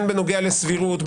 בנוגע לסבירות,